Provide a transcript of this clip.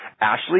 Ashley